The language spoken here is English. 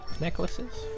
necklaces